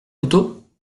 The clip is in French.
couteau